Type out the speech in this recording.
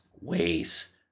ways